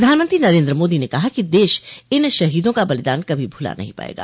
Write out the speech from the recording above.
प्रधानमंत्री नरेंद्र मोदी ने कहा कि देश इन शहीदा का बलिदान कभी भुला नहीं पायेगा